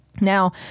Now